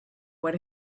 what